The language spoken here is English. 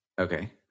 Okay